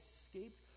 escaped